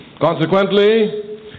Consequently